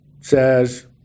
says